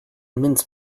mince